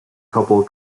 couple